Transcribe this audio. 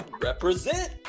represent